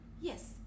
Yes